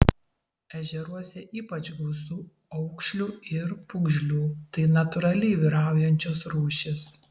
ežeruose ypač gausu aukšlių ir pūgžlių tai natūraliai vyraujančios rūšys